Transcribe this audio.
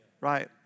right